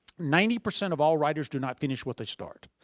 ninety percent of all writers do not finish what they start.